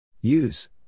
use